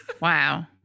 Wow